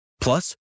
Plus